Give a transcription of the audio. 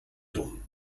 dumm